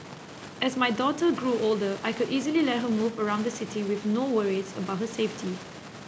as my daughter grew older I could easily let her move around the city with no worries about her safety